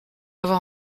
avoir